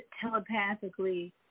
telepathically